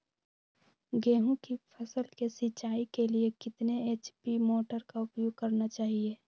गेंहू की फसल के सिंचाई के लिए कितने एच.पी मोटर का उपयोग करना चाहिए?